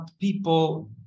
people